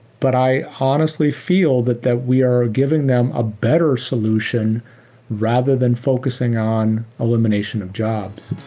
but i honestly feel that that we are giving them a better solution rather than focusing on elimination of jobs.